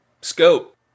scope